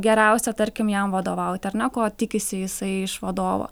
geriausia tarkim jam vadovauti ar ne ko tikisi jisai iš vadovo